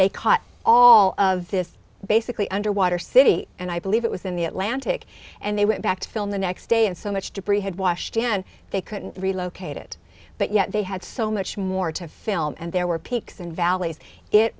they caught all of this basically underwater city and i believe it was in the atlantic and they went back to film the next day and so much debris had washed and they couldn't relocate it but yet they had so much more to film and there were pinks and valleys it